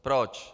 Proč?